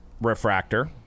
refractor